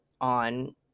on